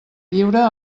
lliure